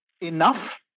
enough